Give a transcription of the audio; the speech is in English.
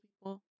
people